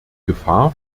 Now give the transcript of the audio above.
gefahr